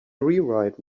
rewrite